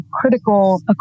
critical